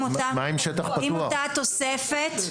עם אותה תוספת.